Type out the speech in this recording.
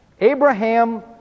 Abraham